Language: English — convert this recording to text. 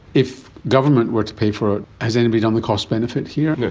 if government were to pay for it, has anybody done the cost benefit here?